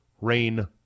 rain